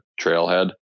trailhead